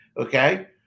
Okay